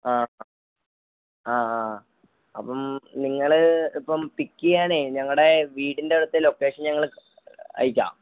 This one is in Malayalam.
ആ അ ആ അപ്പം നിങ്ങൾ ഇപ്പം പിക്ക് ചെയ്യാൻ ഞങ്ങളുടെ വീടിനടുത്തെ ലൊക്കേഷൻ ഞങ്ങൾ അയക്കാം